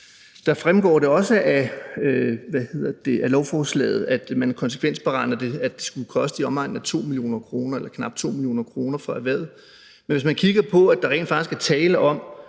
Det fremgår også af lovforslaget, at man konsekvensberegner, at det skulle koste knap 2 mio. kr. for erhvervet, men hvis man kigger på, at der rent faktisk er tale om,